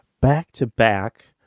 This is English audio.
back-to-back